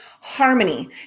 harmony